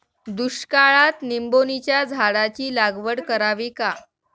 दुष्काळात निंबोणीच्या झाडाची लागवड करावी का?